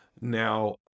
Now